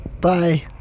Bye